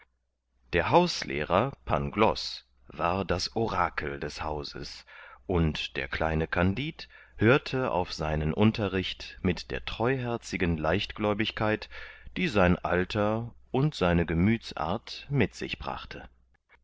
der hauslehrer pangloß war das orakel des hauses und der kleine kandid hörte auf seinen unterricht mit der treuherzigen leichtgläubigkeit die sein alter und seine gemüthsart mit sich brachte